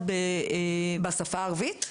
בשפה הערבית?